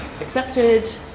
accepted